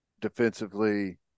defensively